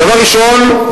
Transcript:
דבר ראשון,